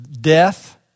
death